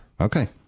Okay